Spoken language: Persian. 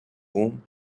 بوم